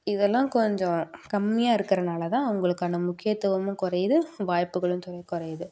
இதெல்லாம் கொஞ்சம் கம்மியாக இருக்கறதுனால தான் அவங்களுக்கான முக்கியத்துவமும் குறையுது வாய்ப்புகளும் குறையுது